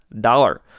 dollar